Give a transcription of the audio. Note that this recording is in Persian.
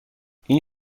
این